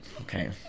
Okay